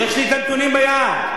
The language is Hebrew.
יש לי הנתונים ביד.